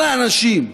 כל האנשים,